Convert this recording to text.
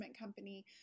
company